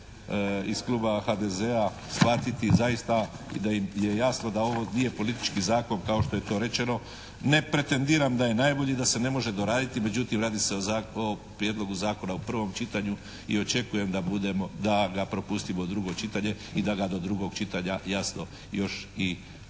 iz kluba HDZ-a shvatiti zaista i da im je jasno da ovo nije politički zakon kao što je to rečeno. Ne pretendiram da je najbolji, da se ne može doraditi, međutim radi se o prijedlogu zakona u prvom čitanju i očekujem da ga propustimo u drugo čitanje i da ga do drugo čitanja jasno još i doradimo.